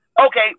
okay